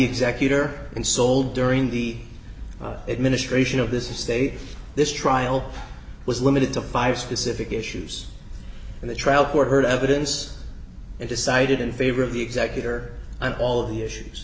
executor and sold during the administration of this estate this trial was limited to five specific issues and the trial court heard evidence and decided in favor of the executor and all of the issues